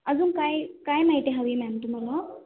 अजून काय काय माहिती हवी मॅम तुम्हाला